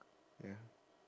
ya